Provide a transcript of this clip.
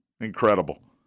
Incredible